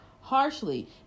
harshly